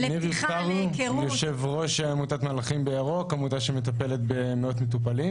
אני יושב-ראש עמותה שמטפלת ומלווה מאות מטופלים.